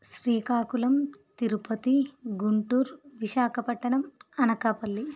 Srikakulam Tirupati Guntur Visakhapatnam Anakapalli